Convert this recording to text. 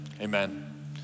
amen